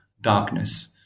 darkness